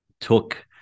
took